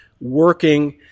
working